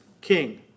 king